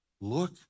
Look